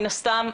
מן הסתם.